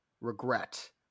regret